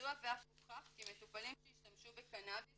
ידוע ואף הוכח כי מטופלים שהשתמשו בקנאביס